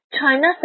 China